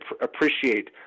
appreciate